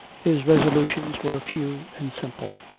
his resolutions were few and simple.